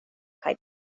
kaj